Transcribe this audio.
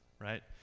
right